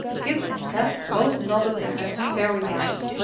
kit and kat both nodded their heads very hard.